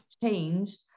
change